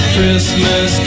Christmas